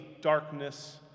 darkness